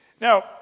now